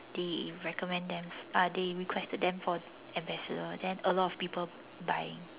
they recommend them uh they requested them for ambassador then a lot of people buying